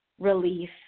relief